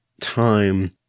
time